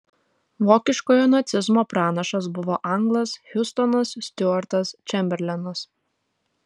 vokiškojo nacizmo pranašas buvo anglas hiustonas stiuartas čemberlenas